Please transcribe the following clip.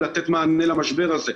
לתת מענה למשבר הזה.